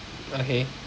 okay